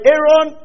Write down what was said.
Aaron